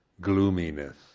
gloominess